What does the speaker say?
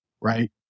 Right